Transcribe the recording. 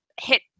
hit